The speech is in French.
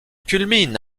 culmine